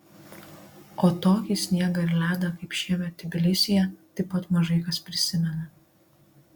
o tokį sniegą ir ledą kaip šiemet tbilisyje taip pat mažai kas prisimena